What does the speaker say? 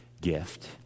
gift